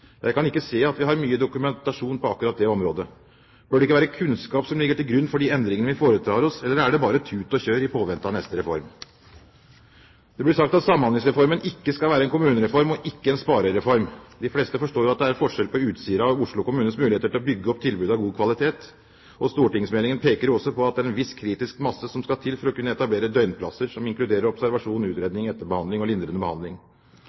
Jeg kan ikke se at vi har mye dokumentasjon på akkurat det området. Bør det ikke være kunnskap som ligger til grunn for de endringene vi foretar oss, eller er det bare «tut og kjør» i påvente av neste reform? Det blir sagt at Samhandlingsreformen ikke skal være en kommunereform og ikke en sparereform. De fleste forstår jo at det er en forskjell på Utsira kommune og Oslo kommunes muligheter til å bygge opp tilbud av god kvalitet. Stortingsmeldingen peker jo også på at det er en viss kritisk masse som skal til for å kunne etablere døgnplasser som inkluderer observasjon, utredning, etterbehandling og lindrende behandling.